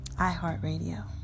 iHeartRadio